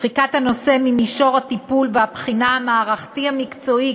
דחיקת הנושא ממישור הטיפול והבחינה המערכתיים המקצועיים,